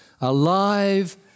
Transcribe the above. alive